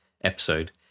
episode